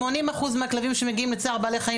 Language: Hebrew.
80% מהכלבים שמגיעים לצער בעלי חיים